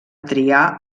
triar